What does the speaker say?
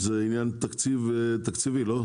זה עניין תקציבי, לא?